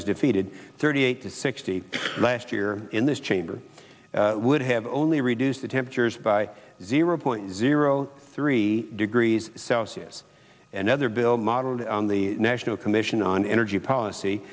was defeated thirty eight to sixty last year in this chamber would have only reduced the temperatures by zero point zero three degrees celsius and other build modeled on the national commission on energy policy